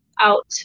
out